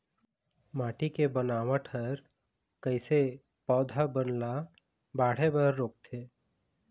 माटी के बनावट हर कइसे पौधा बन ला बाढ़े बर रोकथे?